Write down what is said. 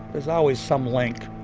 there's always some link.